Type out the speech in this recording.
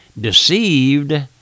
deceived